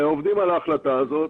ועובדים על החלטה הזאת.